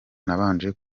nabanje